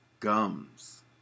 gums